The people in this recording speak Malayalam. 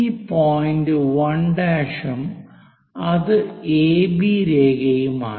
ഈ പോയിന്റ് 1' ഉം ഇത് AB രേഖയുമാണ്